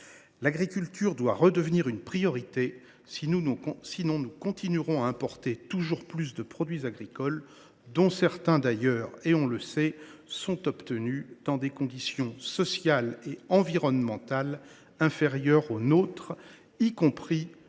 L’agriculture doit redevenir une priorité. Sinon, nous continuerons à importer toujours plus de produits agricoles, dont certains – on le sait – sont obtenus dans des conditions sociales et environnementales moins bonnes aux nôtres, y compris chez